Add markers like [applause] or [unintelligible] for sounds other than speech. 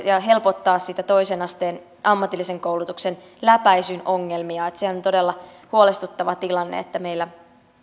[unintelligible] ja ja helpottaa niitä toisen asteen ammatillisen koulutuksen läpäisyn ongelmia sehän on todella huolestuttava tilanne että meillä